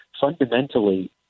fundamentally